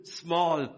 small